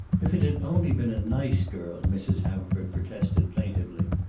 if it had only been a nice girl, mrs. haverford protested, plaintively.